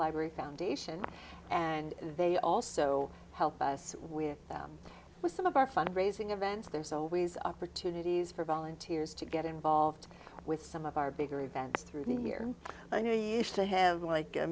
library foundation and they also help us with them with some of our fund raising events there's always opportunities for volunteers to get involved with some of our bigger events through the mere to have like a